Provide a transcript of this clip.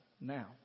now